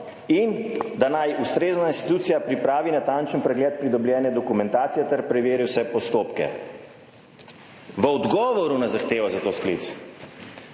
in da naj ustrezna institucija pripravi natančen pregled pridobljene dokumentacije ter preveri vse postopke. V odgovoru na zahtevo za ta sklic,